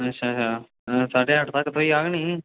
अच्छा अच्छा साड्ढे अट्ठ तक थ्होई जाह्ग नी